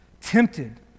tempted